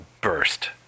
burst